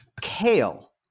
kale